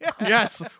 yes